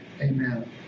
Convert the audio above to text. amen